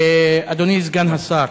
אדוני סגן השר,